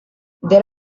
there